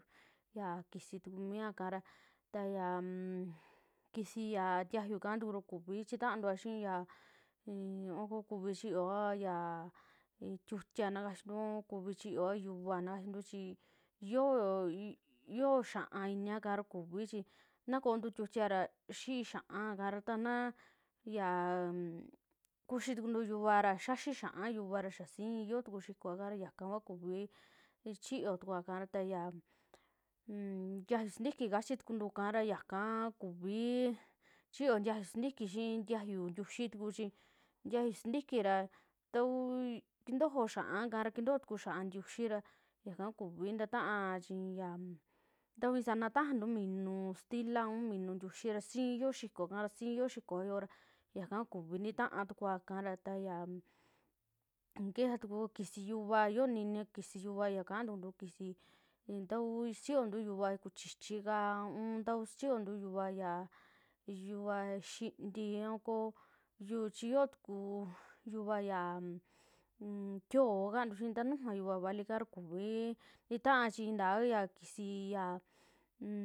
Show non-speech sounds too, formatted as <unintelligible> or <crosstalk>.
Yaa kisii tukumia ikara, ta yaanm <hesitation> kisii ntijayu ika tuku ra kuvi chitaatua xii ya ii okuvi chiyoa yaa aku kuvii chiyoa tiutia na kachio, aun kuvi chiyoa yuvaa na kachintu chi yoo, yo xiaa iniaka ra kuvi, chi na koontu tiutiaa ra xii xikoo xa'aa kara, tana kuxii tukuntu yuuva yaxii xa'aa yuuvara xaa sii yoo tuku xikoaka ra yaka kua kuvi chiyotukua kara ya un ntiayuu sintiki kachitukuntuka ra yaka kuvii chiyoo ntiayu sintiki xii btiayu ntiuuxi tuku chi, ntiayu sintiki ra tauu kintojoo xia'a kara, kintojo tuku xia'a ntiuxi ra, yaka kuvi ntataa chii ya ta uu si san tajantu minu sitila, un minu ntiuxi, ra sii yoo xikoa ka, ra sii yoo xikoa yo'o, yaka kuvi titaa tukua kara. taya kixaa tuku kisii yuvaa yoo nina kisii yuvaa ka tanunu <unintelligible> ta kuu xichintu yuvaa kuchichi kaa un taku sichiyontu ya a yuvaa xintii a koo yuu chii yoo tuku yuvaa ya tio'o kantu xii kaa, taa nujuva yuvaa valika kuvi ntitaa chi intaa ya kisii yaa un.